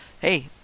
hey